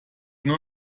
nur